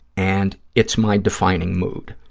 and it's my defining mood.